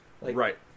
Right